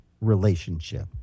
relationship